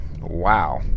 Wow